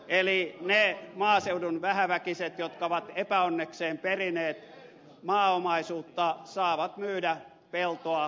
eli ne maaseudun vähäväkiset jotka ovat epäonnekseen perineet maaomaisuutta saavat myydä peltoa verovapaasti